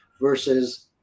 versus